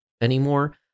anymore